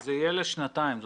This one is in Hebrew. זה יהיה לשנתיים.